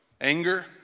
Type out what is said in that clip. anger